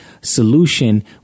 solution